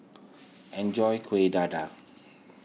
enjoy Kueh Dadar